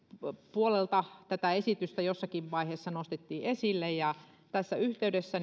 puolelta tätä esitystä jossakin vaiheessa nostettiin esille ja olisi hyvä että tässä yhteydessä